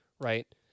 right